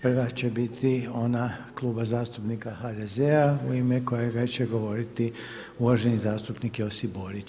Prva će biti ona Kluba zastupnika HDZ-a u ime kojega će govoriti uvaženi zastupnik Josip Borić.